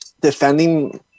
defending